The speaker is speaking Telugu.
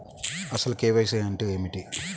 అసలు కే.వై.సి అంటే ఏమిటి?